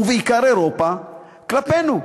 ובעיקר אירופה, כלפינו.